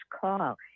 call